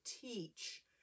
teach